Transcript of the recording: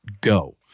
go